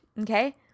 Okay